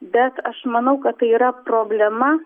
bet aš manau kad tai yra problema